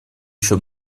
еще